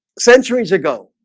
centuries ago,